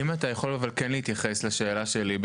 אם אתה יכול אבל כן להתייחס לשאלה שלי,